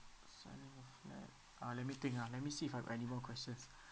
selling a flat uh let me think ah let me see if I have any more questions